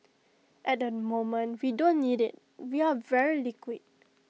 at the moment we don't need IT we are very liquid